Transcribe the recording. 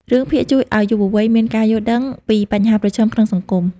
រឿងភាគជួយឱ្យយុវវ័យមាន ការយល់ដឹង ពីបញ្ហាប្រឈមក្នុងសង្គម។